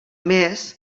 més